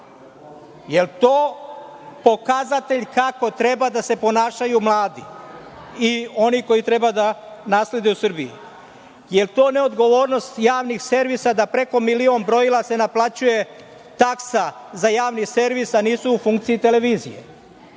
Jel to pokazatelj kako treba da se ponašaju mladi i oni koji treba da naslede u Srbiji? Jel to neodgovornost javnih servisa da preko milion brojila se naplaćuje taksa za Javni servis a nisu u funkciji televizije?